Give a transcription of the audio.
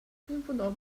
who